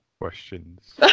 questions